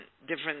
different